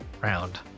round